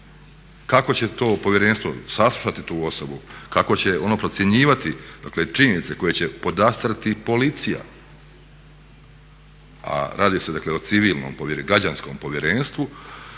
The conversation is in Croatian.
Kako će to povjerenstvo saslušati tu osobu, kao će ono procjenjivati činjenice koje će podastrti policija a radi se dakle o civilnom, građanskom